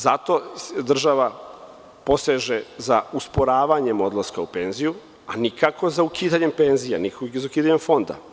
Zato država poseže za usporavanjem odlaska u penziju, a nikako za ukidanjem penzija, nikako za ukidanjem fonda.